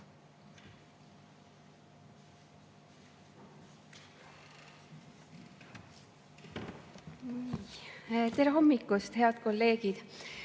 Tere hommikust, head kolleegid!